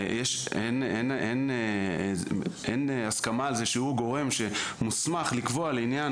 אין הסכמה על זה שהוא גורם שמוסמך לקבוע לעניין